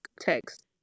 text